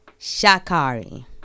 Shakari